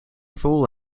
fool